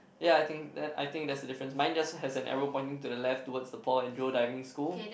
ya I think that I think that's the different mine just has an arrow pointing to the left towards the Paul and Rose Diving School